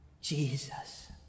Jesus